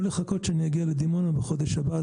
או לחכות שאני אגיע לדימונה בחודש הבא,